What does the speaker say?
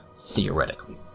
theoretically